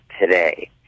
today